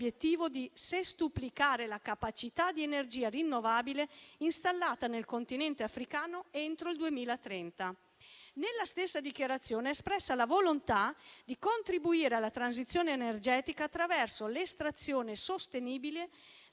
di sestuplicare la capacità di energia rinnovabile installata nel Continente africano entro il 2030. Nella stessa dichiarazione è espressa la volontà di contribuire alla transizione energetica attraverso l'estrazione sostenibile